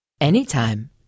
anytime